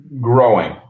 growing